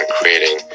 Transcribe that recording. creating